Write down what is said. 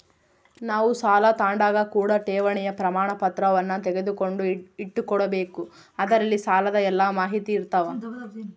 ನಾವು ಸಾಲ ತಾಂಡಾಗ ಕೂಡ ಠೇವಣಿಯ ಪ್ರಮಾಣಪತ್ರವನ್ನ ತೆಗೆದುಕೊಂಡು ಇಟ್ಟುಕೊಬೆಕು ಅದರಲ್ಲಿ ಸಾಲದ ಎಲ್ಲ ಮಾಹಿತಿಯಿರ್ತವ